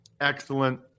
Excellent